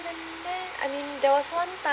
I mean there was one time